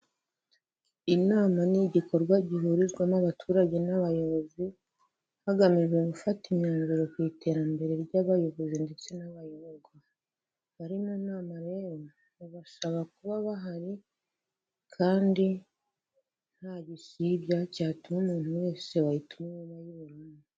Inama ni igikorwa gihurizwamo abaturage n'abayobozi, hagamijwe gufata imyanzuro ku iterambere ry'abayobozi ndetse n'abayoborwa, abari mu nama rero babasaba kuba bahari, kandi nta gisibya cyatuma umuntu wese wayitumiwemo ayiburamo.